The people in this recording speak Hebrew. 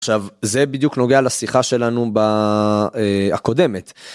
עכשיו זה בדיוק נוגע לשיחה שלנו ב... הקודמת.